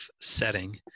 setting